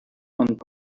moved